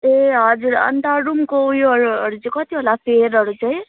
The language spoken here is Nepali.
ए हजुर अन्त रुमको उयोहरू चाहिँ कति होला फेयरहरू चाहिँ